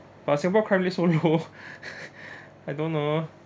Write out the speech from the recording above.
but singapore crime rate so low I don't know